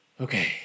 Okay